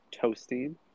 toasting